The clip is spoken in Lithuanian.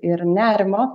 ir nerimo